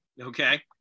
okay